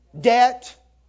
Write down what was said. debt